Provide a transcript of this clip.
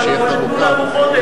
הממשלה אומרת: תנו לנו חודש.